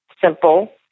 simple